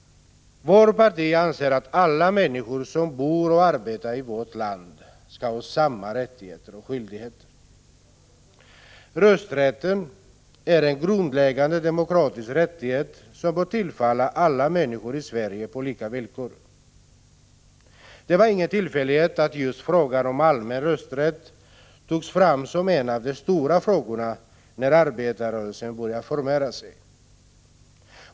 Vårt parti anser att alla människor som bor och arbetar i vårt land skall ha samma rättigheter och skyldigheter. Rösträtten är en grundläggande demokratisk rättighet, som bör tillfalla alla människor i Sverige på lika villkor. Det var ingen tillfällighet att just frågan om allmän rösträtt togs fram som en av de stora frågorna när arbetarrörelsen började formera sig.